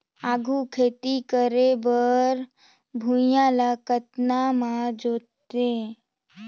आघु खेती करे बर भुइयां ल कतना म जोतेयं?